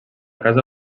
casa